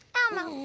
elmo,